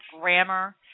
grammar